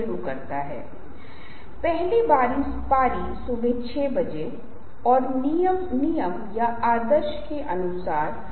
यदि आप इस सप्ताह के व्याख्यान को देखते हैं तो आपके पास स्लाइड है पूरी तरह से अलग स्लाइड में रखी गई हैं जो रंगों फ़ॉन्ट आकार ग्रंथों से पूरी तरह से संबंधित हैं